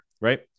right